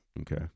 okay